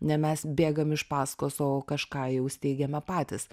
ne mes bėgam iš paskos o kažką jau steigiame patys